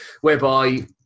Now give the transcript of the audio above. whereby